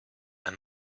and